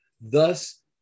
thus